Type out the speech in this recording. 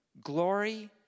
glory